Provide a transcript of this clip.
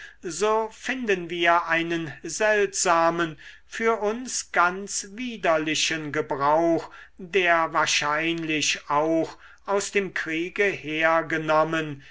so finden wir einen seltsamen für uns ganz widerlichen gebrauch der wahrscheinlich auch aus dem kriege hergenommen